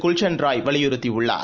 குல்ஷன் ராய் வலியுறுத்தியுள்ளார்